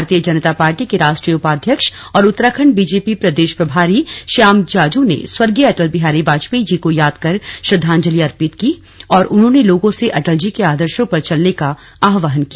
भारतीय जनता पार्टी के राष्ट्रीय उपाध्यक्ष और उत्तराखंड बीजेपी प्रदेश प्रभारी श्याम जाजू ने स्वर्गीय अटल बिहारी वाजपेयी जी को याद कर श्रद्वांजलि अर्पित की और उन्होंने लोगों से अटल जी के आदर्शों पर चलने का आहवान किया